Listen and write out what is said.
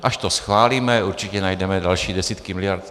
Až to schválíme, určitě najdeme další desítky miliard.